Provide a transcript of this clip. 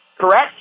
correct